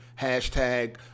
hashtag